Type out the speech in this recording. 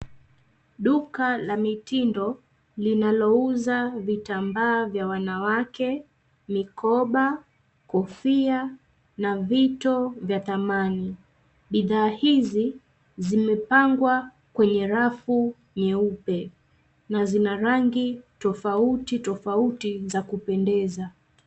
Duka la mitindo linalouza vitambaa vya wanawake, mikoba, kofia na vito vya thamani. Bidhaa hizi zimepangwa kwenye rafu nyeupe na zina rangi tofauti tofauti za kupendeza.